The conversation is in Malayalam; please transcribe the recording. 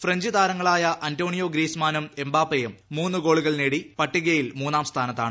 ഫ്രഞ്ച് താരങ്ങളായ അന്റോണിയോ ഗ്രീസ്മാനും എംബാപ്പയും മൂന്നു ഗോളുകൾ നേടി പട്ടികയിൽ മൂന്നാം സ്ഥാനത്താണ്